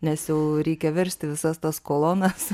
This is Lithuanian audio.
nes jau reikia versti visas tas kolonas